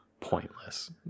pointless